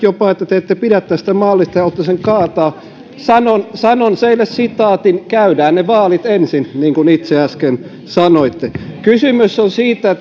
jopa puhunut että te te ette pidä tästä mallista ja haluatte sen kaataa sanon sanon teille sitaatin käydään ne vaalit ensin niin kuin itse äsken sanoitte kysymys on siitä